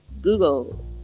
Google